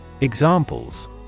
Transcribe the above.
Examples